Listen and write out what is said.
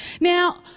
Now